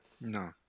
No